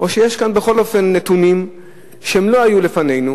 או שיש פה בכל אופן נתונים שלא היו לפנינו